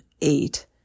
eight